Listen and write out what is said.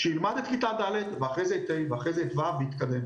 שילמד את כיתה ד' ואחרי זה את ה' ואחרי זה את ו' ויתקדם.